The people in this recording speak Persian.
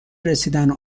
رسیدن